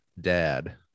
Dad